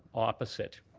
opposite.